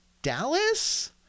Dallas